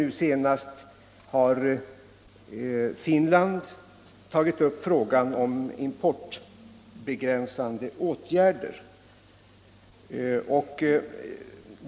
Nu senast har England och Finland tagit upp frågan om importbegränsande åtgärder.